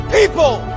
People